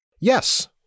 Yes